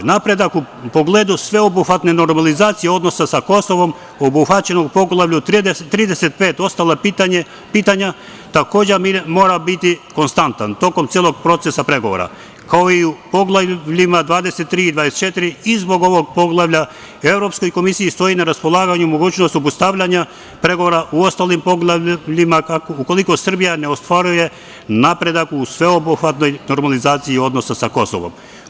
Napredak u pogledu sveobuhvatne normalizacije odnosa sa Kosovom obuhvaćen u Poglavlju 35 - ostala pitanja, takođe mora biti konstantan tokom celog procesa pregovora, kao i u Poglavljima 23 i 24 i zbog ovog Poglavlja Evropskoj komisiji stoji na raspolaganju i mogućnost obustavljanja pregovora u ostalim poglavljima, ukoliko Srbija ne ostvaruje napredak u sveobuhvatnoj normalizaciji odnosa sa Kosovom.